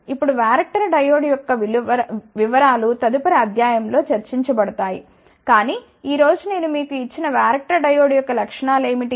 ఇప్పుడు varactor diode యొక్క వివరాలు తదుపరి ఆధ్యాయం లో చర్చించబడతాయి కాని ఈ రోజు నేను మీకు ఇచ్చిన వ్యారక్టర్ డయోడ్ యొక్క లక్షణాలు ఏమిటి